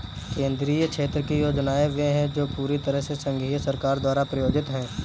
केंद्रीय क्षेत्र की योजनाएं वे है जो पूरी तरह से संघीय सरकार द्वारा प्रायोजित है